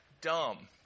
dumb